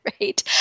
right